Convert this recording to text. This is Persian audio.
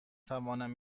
توانم